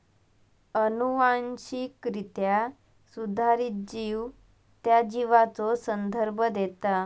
अनुवांशिकरित्या सुधारित जीव त्या जीवाचो संदर्भ देता